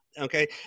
Okay